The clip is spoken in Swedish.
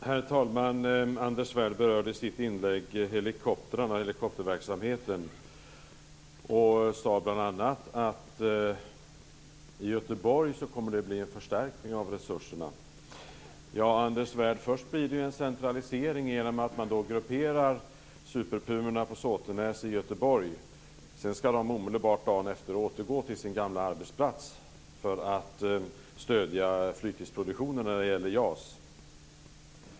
Herr talman! Anders Svärd berörde i sitt inlägg helikopterverksamheten och sade bl.a. att det i Göteborg kommer att bli en förstärkning av resurserna. Ja, Anders Svärd, först blir det en centralisering genom att man grupperar superpumorna på Såtenäs i Göteborg. Sedan skall de omedelbart, dagen efteråt, återgå till sin gamla arbetsplats för att stödja flygtidsproduktionen när det gäller JAS.